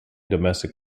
domestic